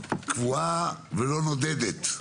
קבועה ולא נודדת,